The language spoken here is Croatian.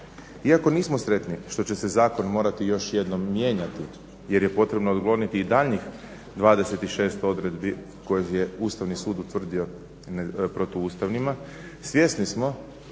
Iako nismo sretni što će se zakon morati još jednom mijenjati jer je potrebno otkloniti i daljnjih 26 odredbi koje je Ustavni sud utvrdio protuustavnima svjesni smo